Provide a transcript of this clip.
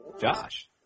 Josh